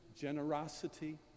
generosity